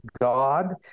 God